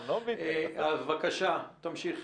אז, בבקשה, תמשיכי.